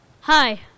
Hi